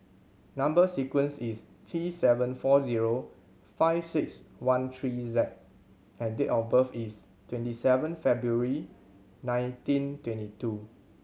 number sequence is T seven four zero five six one three Z and date of birth is twenty seven February nineteen twenty two